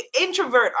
introvert